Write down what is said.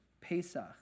Pesach